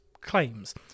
claims